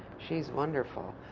she's wonderful.